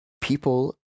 People